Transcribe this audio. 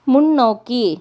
முன்னோக்கி